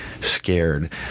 scared